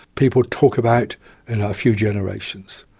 people talk about a few generations,